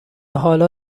حالا